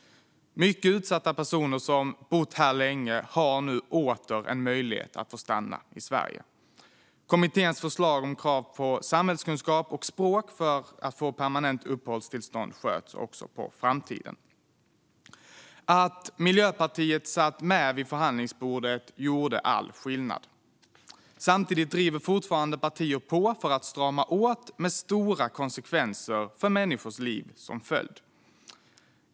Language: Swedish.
Mycket utsatta personer som har bott här länge har nu åter en möjlighet att få stanna i Sverige. Kommitténs förslag om krav på samhällskunskap och språkkunskaper för att få permanent uppehållstillstånd sköts också på framtiden. Att Miljöpartiet satt med vid förhandlingsbordet gjorde all skillnad. Samtidigt driver partier fortfarande på för att strama åt, med stora konsekvenser för människors liv som följd.